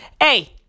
hey